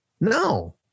no